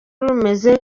rumeze